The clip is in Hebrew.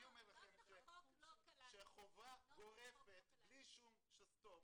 אני אומר לכם שחובה גורפת, בלי שום שסתום